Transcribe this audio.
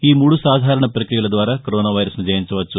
ఈ మూడు సాధారణ పక్రియల ద్వారా కరోనా వైరస్ను జయించవచ్చు